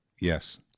Yes